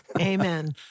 Amen